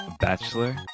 bachelor